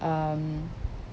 um